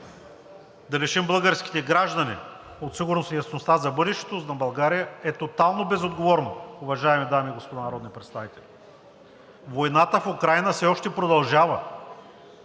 Да лишим българските граждани от сигурност и яснота за бъдещето на България е тотално безотговорно, уважаеми дами и господа народни представители. Войната в Украйна все още продължава